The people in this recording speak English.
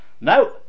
No